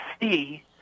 see